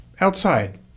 outside